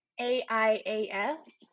A-I-A-S